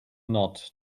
nod